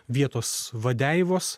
vietos vadeivos